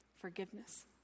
forgiveness